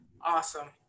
awesome